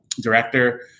director